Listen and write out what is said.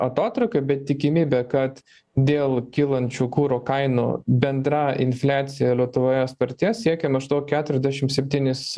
atotrūkiu bet tikimybė kad dėl kylančių kurų kainų bendra infliacija lietuvoje spartės siekia maždaug keturiasdešim septynis